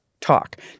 talk